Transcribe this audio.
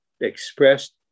expressed